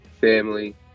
family